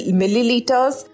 milliliters